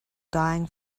dying